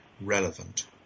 relevant